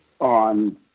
on